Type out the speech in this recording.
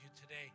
today